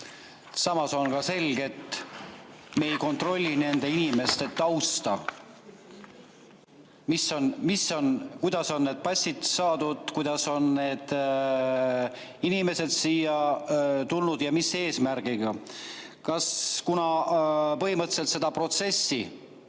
Samas on selge, et me ei kontrolli nende inimeste tausta, seda, kuidas on need passid saadud, kuidas on need inimesed siia tulnud ja mis eesmärgiga. Kuna põhimõtteliselt seda protsessi